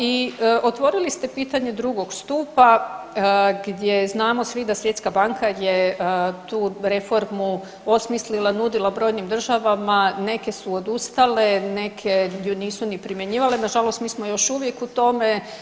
I otvorili ste pitanje drugog stupa gdje znamo svi da Svjetska banka je tu reformu osmislila, nudila brojnim državama, neke su odustale, neke ju nisu ni primjenjivale, nažalost mi smo još uvijek u tome.